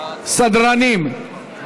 לא